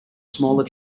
smaller